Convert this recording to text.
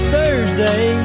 Thursday